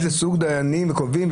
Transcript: איזה סוג דיינים קובעים,